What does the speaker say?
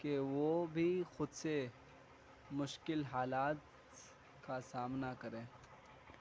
کہ وہ بھی خود سے مشکل حالات کا سامنا کریں